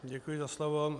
Děkuji za slovo.